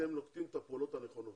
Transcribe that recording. שאתם נוקטים את הפעולות הנכונות